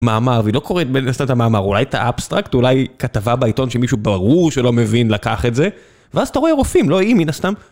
מאמר, והיא לא קוראת בין... הסתם את המאמר, אולי את האבסטרקט, אולי כתבה בעיתון שמישהו ברור שלא מבין לקח את זה, ואז אתה רואה הרופאים, לא היא מן הסתם,